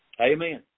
Amen